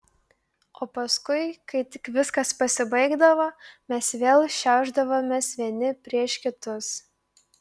o paskui kai tik viskas pasibaigdavo mes vėl šiaušdavomės vieni prieš kitus